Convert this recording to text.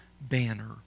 banner